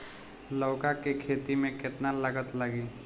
लौका के खेती में केतना लागत लागी?